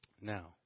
Now